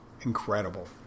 Incredible